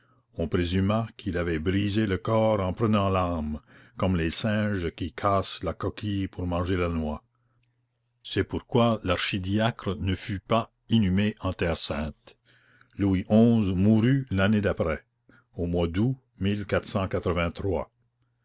on présuma qu'il avait brisé le corps en prenant l'âme comme les singes qui cassent la coquille pour manger la noix c'est pourquoi l'archidiacre ne fut pas inhumé en terre sainte louis xi mourut l'année d'après au mois d'août